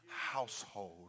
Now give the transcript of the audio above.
household